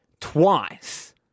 Twice